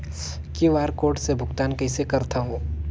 QR code से भुगतान कइसे करथव?